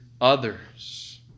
others